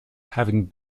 having